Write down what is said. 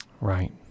right